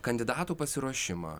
kandidatų pasiruošimą